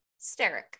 Steric